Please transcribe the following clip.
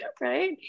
right